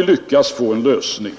att lyckas få till stånd en lösning eller huruvida förhandlingarna kommer att spricka.